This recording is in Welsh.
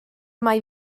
mai